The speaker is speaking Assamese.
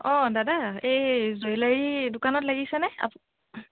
অঁ দাদা এই জুৱেলাৰী দোকানত লাগিছেনে আপ